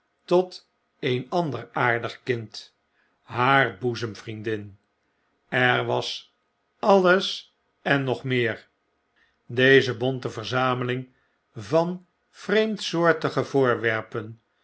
tot een ander aardig kind haar boezem vriendin er was alles en nog meer deze bonte verzameling van vreemdsoortige voorwerpen